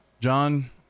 John